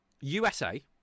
USA